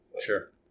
Sure